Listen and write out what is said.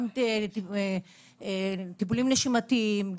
גם טיפולים נשימתיים,